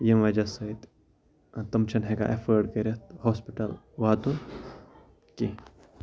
ییٚمہِ وَجہ سۭتۍ تِم چھِنہٕ ہٮ۪کان ایفٲٹ کٔرِتھ ہاسپِٹَل واتُن کینٛہہ